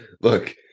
look